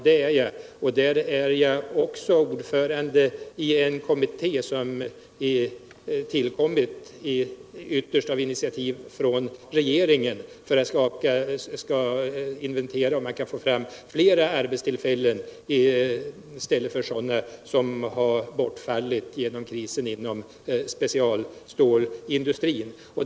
Det är jag, och jag är också ordförande i en Försvarspolitiken, kommitté som tillkommit ytterst på initiativ av regeringen för att inventera möjligheterna att få fram flera arbetstillfällen i stället för dem som bortfallit genom krisen inom specialstålindustrin.